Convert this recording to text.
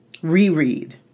Reread